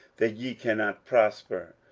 that ye cannot prosper?